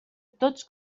tots